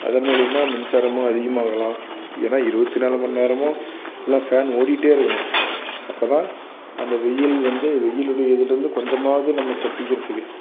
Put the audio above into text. அதன் மூலிமா மின்சாரமும் அதிகமாகலாம் ஏனால் இருபத்தி நாலு மணிநேரமும் இல்லைனா ஃபேன் ஓடிகிட்டே இருக்கணும் அப்போதான் அந்த வெயில் வந்து வெயில் அடிக்கிறதுலேருந்து கொஞ்சமாவது நம்ம தப்பிக்கிறதுக்கு